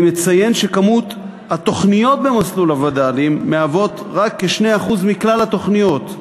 אני מציין שהתוכניות במסלול הווד"לים הן רק כ-2% מכלל התוכניות,